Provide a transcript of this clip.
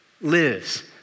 lives